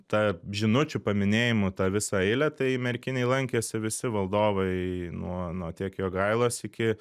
tą žinučių paminėjimų tą visą eilę tai merkinėj lankėsi visi valdovai nuo nuo tiek jogailos iki